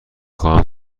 خواهم